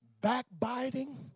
backbiting